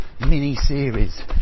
mini-series